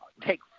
take